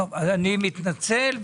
אני מתנצל.